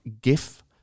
gif